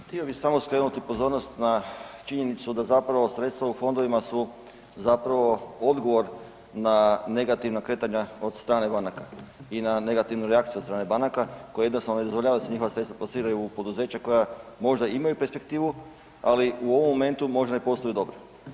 Htio bi samo skrenuti pozornost na činjenicu da zapravo sredstva u fondovima su zapravo odgovor na negativna kretanja od strane banaka i na negativnu reakciju od strane banaka koje jednostavno ne dozvoljava da se njihova sredstva plasiraju u poduzeća koja možda imaju perspektivu, ali u ovom momentu ne posluju dobro.